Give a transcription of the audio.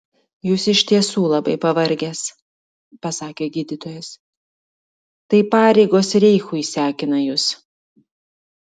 jūs iš tiesų labai pavargęs pasakė gydytojas tai pareigos reichui sekina jus